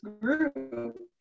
group